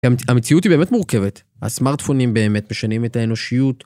המציאות היא באמת מורכבת, הסמארטפונים באמת משנים את האנושיות.